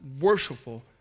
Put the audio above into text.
worshipful